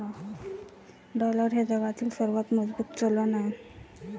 dollar हे जगातील सर्वात मजबूत चलन आहे